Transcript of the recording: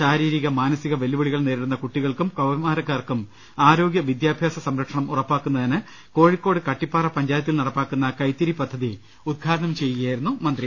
ശാരീരിക മാനസിക വെല്ലുവിളികൾ നേരിടുന്ന കുട്ടികൾക്കും കൌമാര ക്കാർക്കും ആരോഗ്യ വിദ്യാഭ്യാസ സംരക്ഷണം ഉറപ്പാക്കുന്നതിന് കോഴി ക്കോട് കട്ടിപ്പാറ പഞ്ചായത്തിൽ നടപ്പാക്കുന്ന കൈത്തിരി പദ്ധതി ഉദ്ഘാ ടനം ചെയ്യുകയായിരുന്നു മന്ത്രി